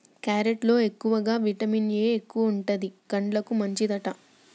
carrot లో ఎక్కువగా vitamin A ఎక్కువుంటది, కండ్లకు మంచిదట